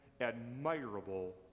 admirable